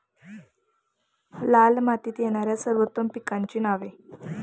लाल मातीत येणाऱ्या सर्वोत्तम पिकांची नावे?